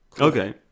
Okay